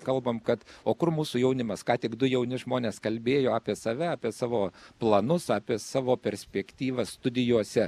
kalbam kad o kur mūsų jaunimas ką tik du jauni žmonės kalbėjo apie save apie savo planus apie savo perspektyvas studijose